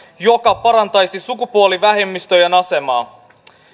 joka parantaisi sukupuolivähemmistöjen asemaa